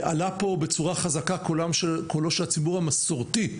עלה פה בצורה חזקה קולו של הציבור המסורתי,